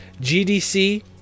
gdc